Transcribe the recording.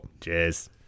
cheers